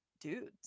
dudes